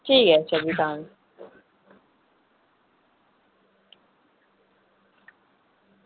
ठीक ऐ अच्छा जी तां